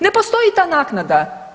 Ne postoji ta naknada.